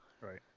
Right